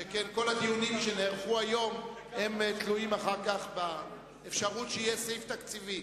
שכן כל הדיונים שנערכו היום תלויים אחר כך באפשרות שיהיה סעיף תקציבי,